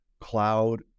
cloud